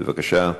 בבקשה.